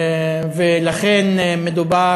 ולכן לא מדובר